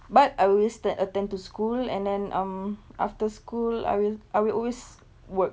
but I will still attend to school and then um after school I will I will always work